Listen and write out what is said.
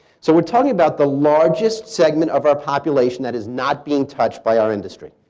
so we're talking about the largest segment of our population that is not being touched by our industry.